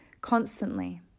constantly